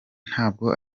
ntabwo